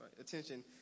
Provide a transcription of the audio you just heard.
attention